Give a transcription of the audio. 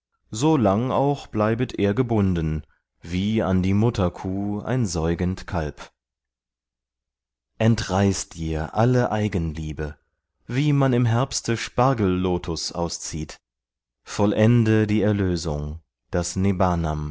so lang auch bleibet er gebunden wie an die mutterkuh ein säugend kalb entreiß dir alle eigenliebe wie man im herbste spargellotus auszieht vollende die erlösung das